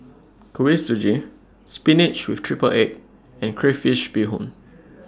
Kuih Suji Spinach with Triple Egg and Crayfish Beehoon